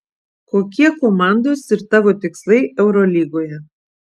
kokie komandos ir tavo tikslai eurolygoje